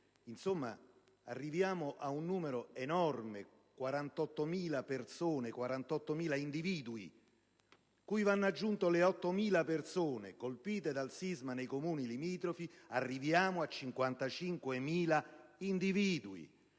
Insomma, arriviamo ad un numero enorme: 48.000 persone, 48.000 individui, cui vanno aggiunte le 8.000 persone colpite dal sisma nei comuni limitrofi: arriviamo quindi a 55.000 individui,